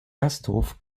gasthof